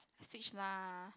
switch lah